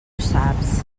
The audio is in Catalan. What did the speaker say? saps